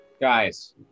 guys